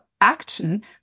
action